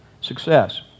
success